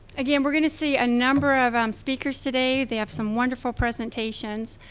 again, we're gonna see a number of um speakers today. they have some wonderful presentations.